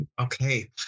okay